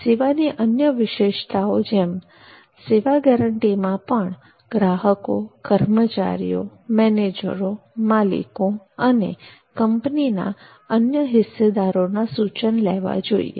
સેવાની અન્ય વિશેષતાઓની જેમ સેવા ગેરંટીમાં પણ ગ્રાહકો કર્મચારીઓ મેનેજરો માલિકો અને કંપનીના અન્ય હિસ્સેદારોના સૂચન લેવા જોઈએ